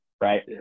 right